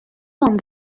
one